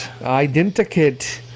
Identikit